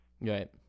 Right